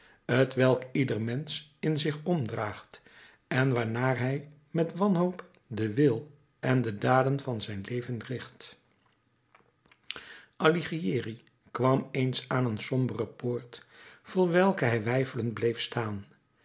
t welk ieder mensch in zich omdraagt en waarnaar hij met wanhoop den wil en de daden van zijn leven richt alighieri kwam eens aan een sombere poort voor welke hij weifelend bleef staan